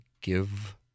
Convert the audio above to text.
give –